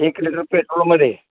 एक लिटर पेट्रोलमध्ये